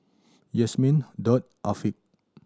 Yasmin Daud Afiq